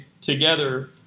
together